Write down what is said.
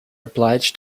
obliged